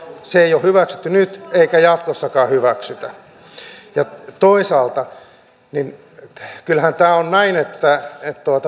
se ei ole hyväksytty nyt eikä sitä jatkossakaan hyväksytä toisaalta kyllähän tämä on näin että